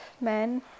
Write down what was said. men